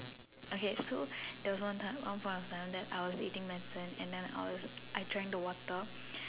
okay so there was one time one point of time that I was eating medicine and then I was I drank the water